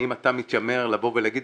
ואם אתה מתיימר לבוא ולהגיד,